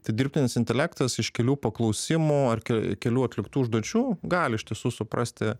tai dirbtinis intelektas iš kelių paklausimų ar ke kelių atliktų užduočių gali iš tiesų suprasti